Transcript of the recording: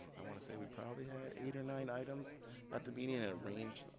i wanna say we probably had eight or nine items at the meeting, and arranged,